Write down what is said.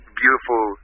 beautiful